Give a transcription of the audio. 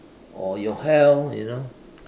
or your health you know